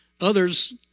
Others